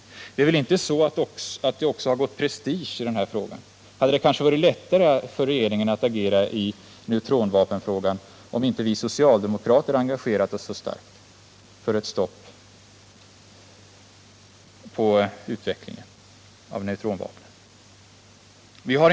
Det är väl aldrig så att det har gått prestige i denna fråga? Hade det kanske varit lättare för regeringen att agera i neutronvapenfrågan, om inte vi socialdemokrater hade engagerat oss så starkt för ett stopp på utvecklingen av neutronvapnet?